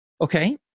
Okay